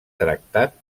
tractat